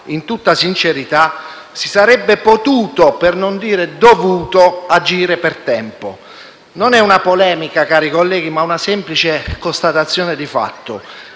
Grazie!